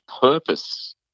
purpose